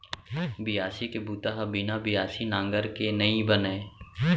बियासी के बूता ह बिना बियासी नांगर के नइ बनय